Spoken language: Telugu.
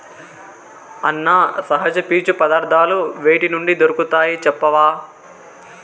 అన్నా, సహజ పీచు పదార్థాలు వేటి నుండి దొరుకుతాయి చెప్పవా